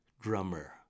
drummer